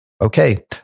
Okay